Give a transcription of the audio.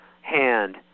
hand